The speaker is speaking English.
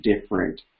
different